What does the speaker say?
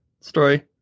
story